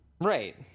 Right